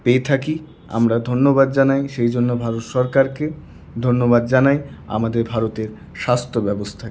পেয়ে থাকি আমরা ধন্যবাদ জানাই সেইজন্য ভারত সরকারকে ধন্যবাদ জানাই আমাদের ভারতের স্বাস্থ্য ব্যবস্থাকে